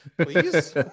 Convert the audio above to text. Please